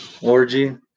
Orgy